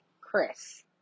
Chris